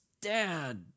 dad